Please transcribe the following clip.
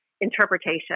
interpretation